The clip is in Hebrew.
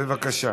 בבקשה.